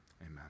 amen